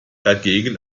dagegen